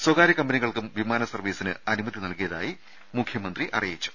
സ്വകാര്യ കമ്പനികൾക്കും വിമാന സർവ്വീസിന് അനുമതി നൽകിയതായി മുഖ്യമന്ത്രി അറിയിച്ചു